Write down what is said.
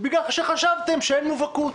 בגלל שחשבתם שאין מובהקות.